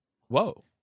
Whoa